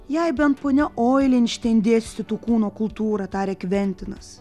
jei bent ponia oilenštein dėstytų kūno kultūrą tarė kventinas